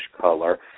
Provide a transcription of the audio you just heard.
color